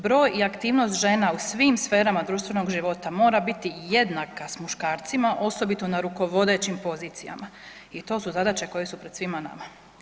Broj i aktivnost žena u svim sferama društvenog života mora biti jednaka s muškarcima osobito na rukovodećim pozicijama i to su zadaće koje su pred svima nama.